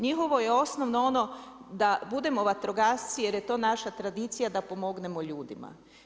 Njihovo je osnovno ono da budemo vatrogasci jer je to naša tradicija da pomognemo ljudima.